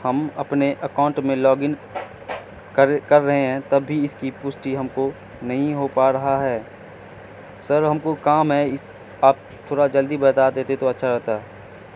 ہم اپنے اکاؤنٹ میں لاگ ان کر کر رہے ہیں تب بھی اس کی پشٹی ہم کو نہیں ہو پا رہا ہے سر ہم کو کام ہے اس آپ تھوڑا جلدی بتا دیتے تو اچھا رہتا